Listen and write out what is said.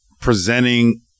presenting